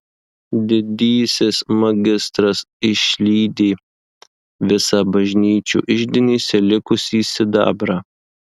didysis magistras išlydė visą bažnyčių iždinėse likusį sidabrą